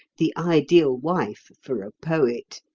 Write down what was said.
the ideal wife for a poet.